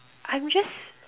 I'm just